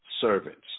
Servants